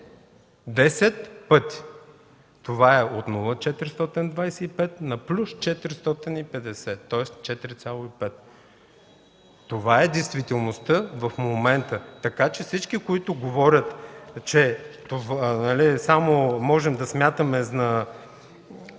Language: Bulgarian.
пъти! Това е от 0,425% на плюс 450, тоест 4,5%. Това е действителността в момента, така че всички, които говорят, че само можем да смятаме